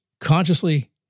Consciously